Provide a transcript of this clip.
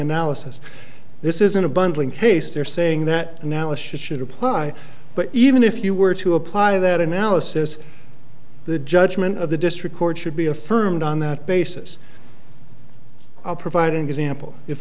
analysis this isn't a bundling case they're saying that analysis should apply but even if you were to apply that analysis the judgment of the district court should be affirmed on that basis i'll provide an example if